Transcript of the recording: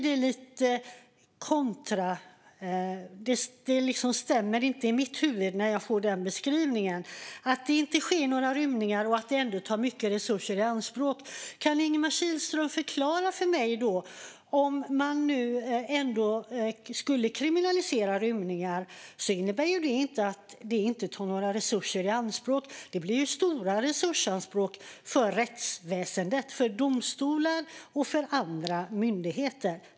Det stämmer inte för mig när jag får denna beskrivning - att det inte sker några rymningar men att det ändå tar mycket resurser i anspråk. Kan Ingemar Kihlström förklara detta för mig? Om man skulle kriminalisera rymningar innebär inte det att det inte tar några resurser i anspråk. Det blir stora anspråk på resurser för rättsväsendet - för domstolar och för andra myndigheter.